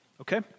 okay